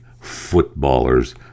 footballers